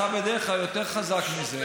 אתה בדרך כלל יותר חזק מזה.